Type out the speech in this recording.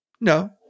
No